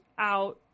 out